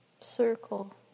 circle